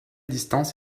distance